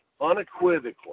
unequivocally